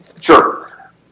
Sure